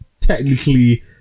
technically